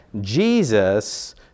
Jesus